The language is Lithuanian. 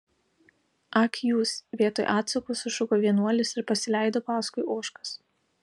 ak jūs vietoj atsako sušuko vienuolis ir pasileido paskui ožkas